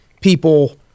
people